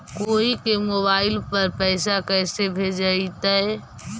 कोई के मोबाईल पर पैसा कैसे भेजइतै?